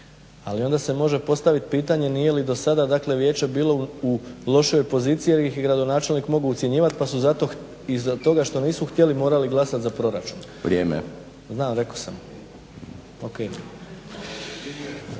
Ali onda se može postaviti pitanje nije li do sada vijeće bilo u lošijoj poziciji jer ih je gradonačelnik mogao ucjenjivati pa su zato iza toga što nisu htjeli morati glasati za proračun. … /Upadica: Vrijeme./ … Znam. Rekao sam.